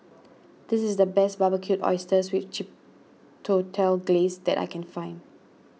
this is the best Barbecued Oysters with Chipotle Glaze that I can find